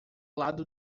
lado